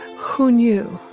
who knew?